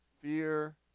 fear